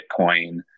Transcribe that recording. Bitcoin